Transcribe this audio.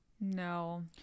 No